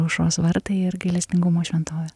aušros vartai ir gailestingumo šventovė